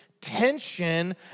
tension